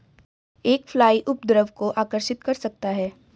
एक फ्लाई उपद्रव को आकर्षित कर सकता है?